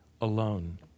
alone